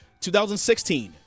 2016